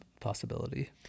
possibility